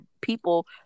people